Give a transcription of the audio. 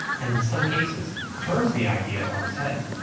and in some cases turns the idea on his head.